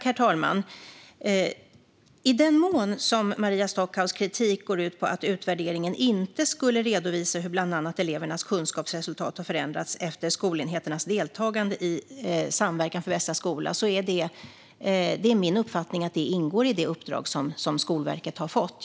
Herr talman! I den mån Maria Stockhaus kritik går ut på att utvärderingen inte skulle redovisa hur bland annat elevernas kunskapsresultat har förändrats efter skolenheternas deltagande i Samverkan för bästa skola är det min uppfattning att det ingår i det uppdrag som Skolverket har fått.